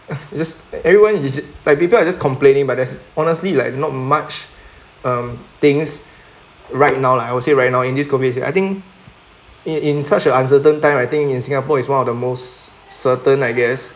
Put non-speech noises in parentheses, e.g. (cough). (laughs) just everyone is like people are just complaining but there's honestly like not much um things right now lah I would say right now in this COVID I think in in such a uncertain time I think in singapore is one of the most certain I guess